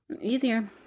easier